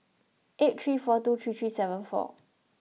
eight three four two three three seven four